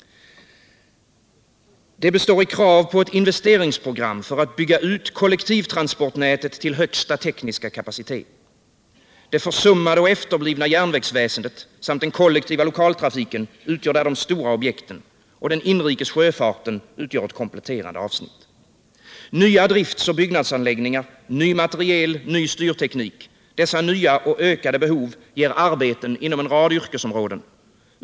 Det innehåller krav på ett investeringsprogram för att bygga ut kollektivtransportnätet till högsta tekniska kapacitet. Det försummade och efterblivna järnvägsväsendet samt den kollektiva lokaltrafiken utgör de stora objekten. Den inrikes sjöfarten utgör ett kompletterande avsnitt. Nya driftoch byggnadsanläggningar, ny materiel, ny styrteknik — dessa nya och ökade behov ger arbeten inom en rad yrkesområden.